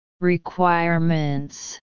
Requirements